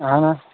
اَہنہ